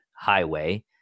highway